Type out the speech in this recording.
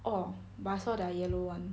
orh but I saw their yellow [one]